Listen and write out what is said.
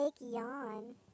yawn